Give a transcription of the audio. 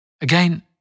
Again